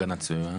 הגנת הסביבה.